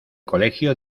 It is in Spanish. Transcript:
colegio